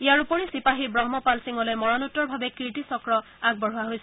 ইয়াৰ উপৰি চিপাহী ৱহ্ম পাল সিঙলৈ মৰণোত্তৰভাৱে কীৰ্তি চক্ৰ আগবঢ়োৱা হৈছে